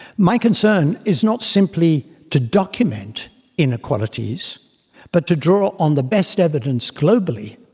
my concern is not simply to document inequalities but to draw on the best evidence globally